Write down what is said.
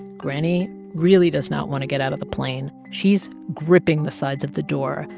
granny really does not want to get out of the plane. she's gripping the sides of the door.